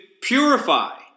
purify